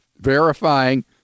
verifying